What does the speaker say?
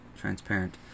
transparent